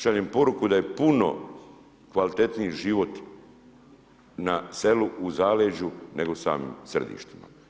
Šaljem poruku da je puno kvalitetniji život na selu u zaleđu, nego u samim središtima.